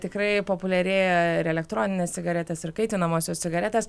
tikrai populiarėja ir elektroninės cigaretės ir kaitinamosios cigaretės